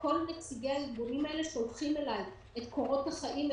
כל נציגי הארגונים האלה שולחים אליי את קורות החיים,